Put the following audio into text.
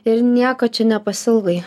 ir nieko čia nepasiilgai